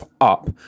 up